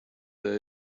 there